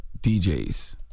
DJs